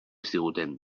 ziguten